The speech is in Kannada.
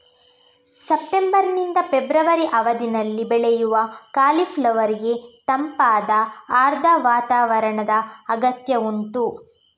ಸೆಪ್ಟೆಂಬರ್ ನಿಂದ ಫೆಬ್ರವರಿ ಅವಧಿನಲ್ಲಿ ಬೆಳೆಯುವ ಕಾಲಿಫ್ಲವರ್ ಗೆ ತಂಪಾದ ಆರ್ದ್ರ ವಾತಾವರಣದ ಅಗತ್ಯ ಉಂಟು